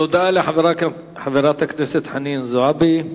תודה לחברת הכנסת חנין זועבי.